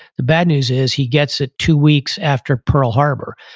the bad news is he gets it two weeks after pearl harbor,